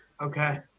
Okay